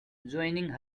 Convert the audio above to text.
joining